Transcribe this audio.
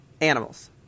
animals